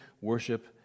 worship